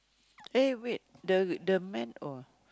eh wait the the man oh